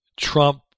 Trump